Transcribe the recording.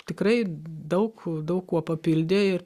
tikrai daug daug kuo papildė ir